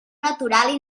natural